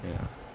ya